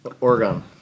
Oregon